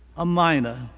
a miner.